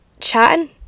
chatting